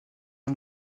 non